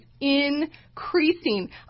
increasing